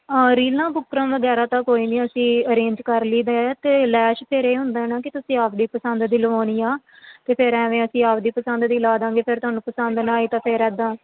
ਰੀਲਾਂ ਬੁੱਕਰਮ ਵਗੈਰਾ ਤਾਂ ਕੋਈ ਨਹੀਂ ਅਸੀਂ ਅਰੇਂਜ ਕਰ ਲਈਦਾ ਹੈ ਅਤੇ ਲੈਸ਼ ਫਿਰ ਇਹ ਹੁੰਦਾ ਆ ਨਾ ਕਿ ਤੁਸੀਂ ਆਪਣੀ ਪਸੰਦ ਦੀ ਲਗਵਾਉਣੀ ਆ ਅਤੇ ਫਿਰ ਐਵੇਂ ਅਸੀਂ ਆਪਣੀ ਪਸੰਦ ਦੀ ਲਾਦਾਂਗੇ ਫਿਰ ਤੁਹਾਨੂੰ ਪਸੰਦ ਨਾ ਆਈ ਤਾਂ ਫਿਰ ਇੱਦਾਂ